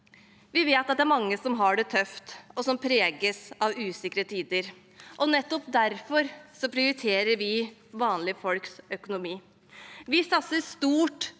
Vi vet at det er mange som har det tøft og som er preget av usikre tider. Nettopp derfor prioriterer vi vanlige folks økonomi. Vi satser stort